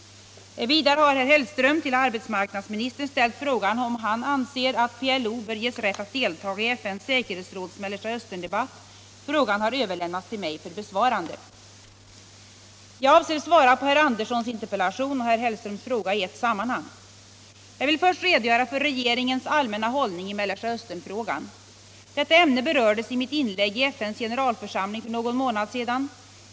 Vidare har herr Hellström till arbetsmarknadsministern ställt frågan om han anser att PLO bör ges rätt att delta i FN:s säkerhetsråds Mellersta Östern-debatt. Frågan har överlämnats till mig för besvarande. Jag avser att svara på herr Anderssons interpellation och herr Hellströms fråga i ett sammanhang. Först vill jag redogöra för regeringens allmänna hållning i Mellersta Östern-frågan. Detta ämne berördes i mitt inlägg i FN:s generalförsamling för någon månad sedan.